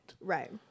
Right